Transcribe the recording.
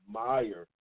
admire